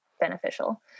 beneficial